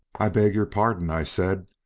i beg your pardon, i said,